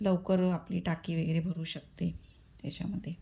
लवकर आपली टाकी वगैरे भरू शकते त्याच्यामध्ये